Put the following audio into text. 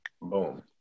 Boom